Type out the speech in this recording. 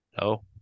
No